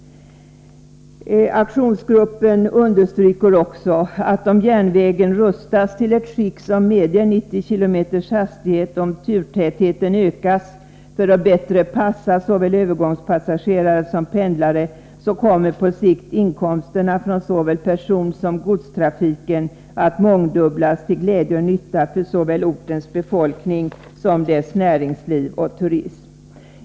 Aktionsgruppen understryker också, att om järnvägen rustas till ett skick som medger 90 km hastighet och om turtätheten ökas för att bättre passa såväl övergångspassagerare som pendlare, kommer på sikt inkomsterna från såväl personsom godstrafiken att mångdubblas till glädje och nytta för både ortens befolkning och dess näringsliv och turism.